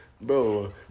Bro